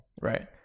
right